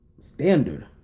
standard